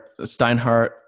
Steinhardt